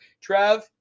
Trev